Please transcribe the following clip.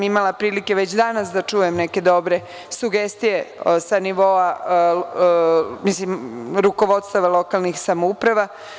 Imala sam prilike već danas da čujem neke dobre sugestije sa nivoa rukovodstva lokalnih samouprava.